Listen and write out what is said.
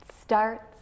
starts